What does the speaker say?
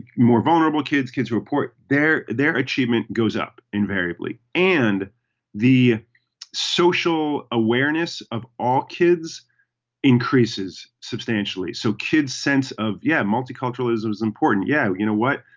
more vulnerable kids kids report their their achievement goes up invariably. and the social awareness of all kids increases substantially so kids sense of yeah multiculturalism is important. yeah. you know what.